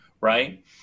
right